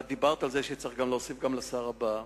את דיברת על זה שצריך להוסיף גם לשר הבא.